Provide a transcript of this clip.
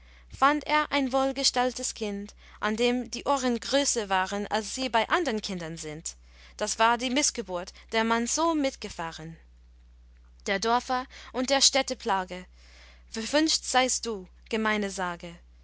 fand er ein wohlgestaltes kind an dem die ohren größer waren als sie bei andern kindern sind das war die mißgeburt der man so mitgefahren der dörfer und der städte plage verwünscht seist du gemeine sage